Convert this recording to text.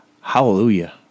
Hallelujah